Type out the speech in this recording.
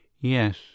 Yes